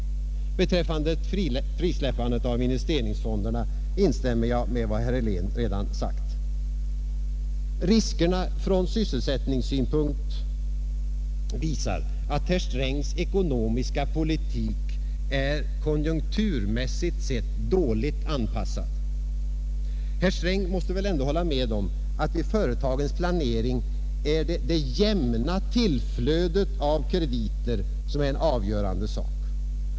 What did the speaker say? Beträffande ett frisläppande av investeringsfonderna instämmer jag med vad herr Helén redan sagt. Riskerna från sysselsättningssynpunkt visar att herr Strängs ekonomiska politik konjunkturmässigt sett är dåligt anpassad. Herr Sträng måste väl ändå hålla med om att vid företagsplanering är det jämna tillfllödet av krediter en avgörande sak.